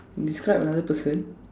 describe another person